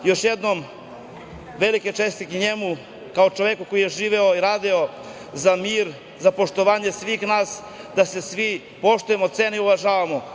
Još jednom velike čestitke njemu kao čoveku koji je živeo i radio za mir, za poštovanje svih nas, da se svi poštujemo, cenimo i uvažavamo.